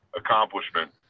accomplishment